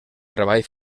treball